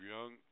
Young